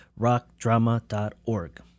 rockdrama.org